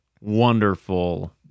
wonderful